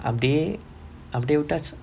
அப்புடி அப்புடி உட்டாச்சு:appudi appudi uttaachu